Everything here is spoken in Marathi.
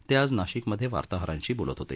ते आज नाशिकमध्ये वार्ताहरांशी बोलत होते